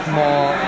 more